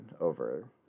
over